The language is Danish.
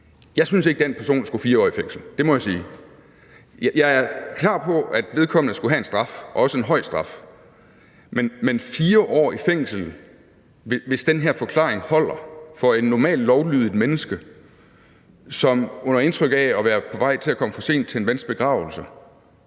Jeg synes ikke, at den person skulle 4 år i fængsel. Det må jeg sige. Jeg er klar på, at vedkommende skulle have en straf og også en høj straf, men 4 års ubetinget fængsel, hvis den her forklaring holder, for et normalt lovlydigt menneske, som under indtryk af at være på vej til at komme for sent til en vens begravelse